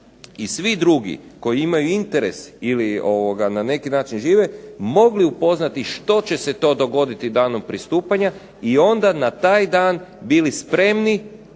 i svi drugi koji imaju interes ili na neki način žive mogli upoznati što će se to dogoditi danom pristupanja i onda na taj dan bili spremni